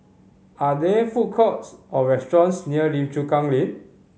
are there food courts or restaurants near Lim Chu Kang Lane